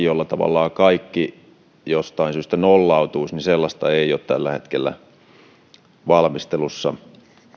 jolla tavallaan kaikki jostain syystä nollautuisi ei ole tällä hetkellä valmistelussa